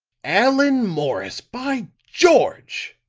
allan morris, by george!